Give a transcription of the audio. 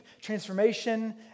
transformation